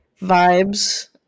vibes